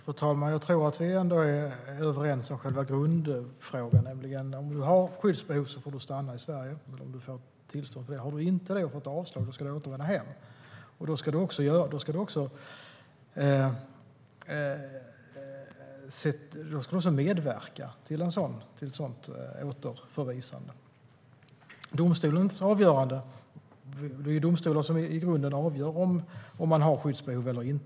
Fru talman! Jag tror att vi ändå är överens i själva grundfrågan. Om du har skyddsbehov får du stanna i Sverige, men om du inte har det och har fått avslag på din ansökan ska du återvända hem. Då ska du också medverka till en sådan återförvisning. Det är i grunden domstolar som avgör om man har skyddsbehov eller inte.